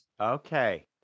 Okay